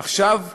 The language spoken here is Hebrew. עכשיו,